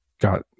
got